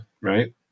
right